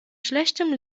schlechtem